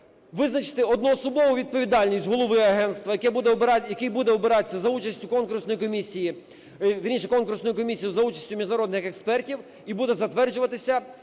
визначити одноособову відповідальність голови агентства, який буде обиратись за участю конкурсної комісії, вірніше, конкурсної комісії за участю міжнародних експертів і буде затверджуватись